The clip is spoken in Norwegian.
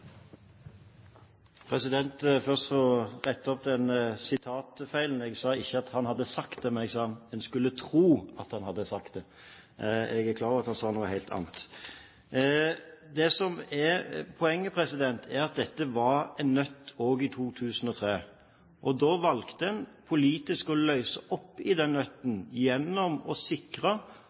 Først vil jeg rette opp sitatfeilen. Jeg mente ikke at Kolberg hadde sagt det, men at en skulle tro at han hadde sagt det. Jeg er klar over at han sa noe helt annet. Det som er poenget, er at dette var en nøtt også i 2003. Da valgte en politisk å løse den nøtten gjennom å sikre